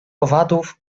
owadów